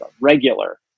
regular